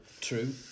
True